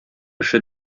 эше